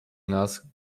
nas